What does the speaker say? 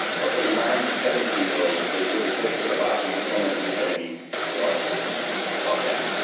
but for the nine to seventeen year olds they really differed a lot, and i was wondering if you had any thoughts about about that.